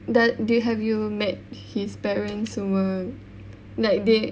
doe~ do have you met his parents semua like they